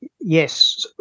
Yes